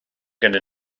gyda